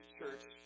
church